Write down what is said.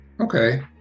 Okay